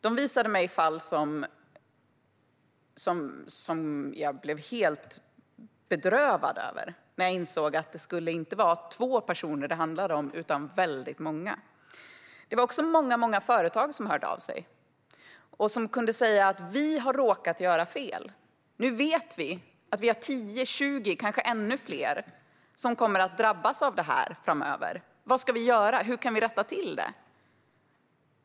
De visade mig fall som jag blev helt bedrövad över, och jag insåg att det inte bara rörde två personer utan det handlade om många personer. Det var också många företag som hörde av sig där man hade råkat att göra fel, men nu visste man att det fanns tio tjugo eller kanske ännu fler som skulle drabbas av detta framöver. Vad ska man göra? Hur kan man rätta till det?